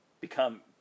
become